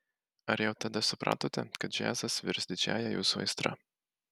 ar jau tada supratote kad džiazas virs didžiąja jūsų aistra